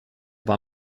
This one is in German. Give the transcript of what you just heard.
war